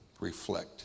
reflect